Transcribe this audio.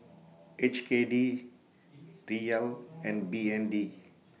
H K D Riel and B N D